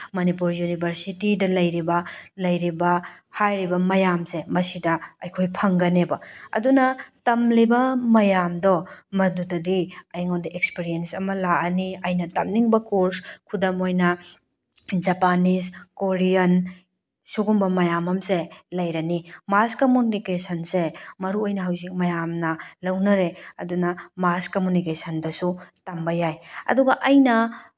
ꯃꯅꯤꯄꯨꯔ ꯌꯨꯅꯤꯚꯔꯁꯤꯇꯤꯗ ꯂꯩꯔꯤꯕ ꯂꯩꯔꯤꯕ ꯍꯥꯏꯔꯤꯕ ꯃꯌꯥꯝꯁꯦ ꯃꯁꯤꯗ ꯑꯩꯈꯣꯏ ꯐꯪꯒꯅꯦꯕ ꯑꯗꯨꯅ ꯇꯝꯂꯤꯕ ꯃꯌꯥꯝꯗꯣ ꯃꯗꯨꯗꯨꯗꯤ ꯑꯩꯉꯣꯟꯗ ꯑꯦꯛꯄꯔꯤꯌꯦꯟꯁ ꯑꯃ ꯂꯥꯛꯑꯅꯤ ꯑꯩꯅ ꯇꯝꯅꯤꯡꯕ ꯀꯣꯔꯁ ꯈꯨꯗꯝ ꯑꯣꯏꯅ ꯖꯄꯥꯅꯤꯁ ꯀꯣꯔꯤꯌꯟ ꯁꯨꯒꯨꯝꯕ ꯃꯌꯥꯝ ꯑꯃꯁꯦ ꯂꯩꯔꯅꯤ ꯃꯥꯁ ꯀꯃꯨꯅꯤꯀꯦꯁꯟꯁꯦ ꯃꯔꯨꯑꯣꯏꯅ ꯍꯧꯖꯤꯛ ꯃꯌꯥꯝꯅ ꯂꯧꯅꯔꯦ ꯑꯗꯨꯅ ꯃꯥꯁ ꯀꯃꯨꯅꯤꯀꯦꯁꯟꯗꯁꯨ ꯇꯝꯕ ꯌꯥꯏ ꯑꯗꯨꯒ ꯑꯩꯅ